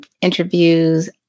interviews